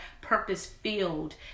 purpose-filled